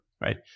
right